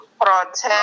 Protect